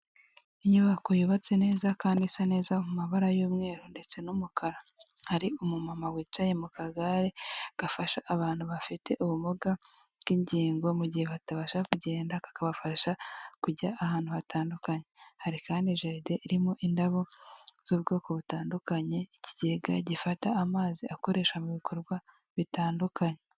Inyubako yubatse neza kandi isa neza mu mabara y'umweru ndetse n'umukara, hari umumama wicaye mu kagare gafasha abantu bafite ubumuga bw'ingingo mu gihe batabasha kugenda kakabafasha kujya ahantu hatandukanye, hari kandi jaride irimo indabo z'ubwoko butandukanye, ikigega gifata amazi akoreshwa mu bikorwa bitandukanye.